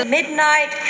Midnight